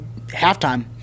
halftime